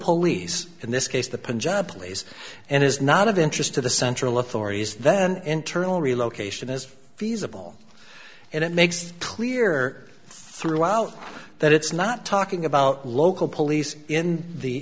police in this case the punjab pleas and is not of interest to the central authorities then internal relocation is feasible and it makes clear throughout that it's not talking about local police in the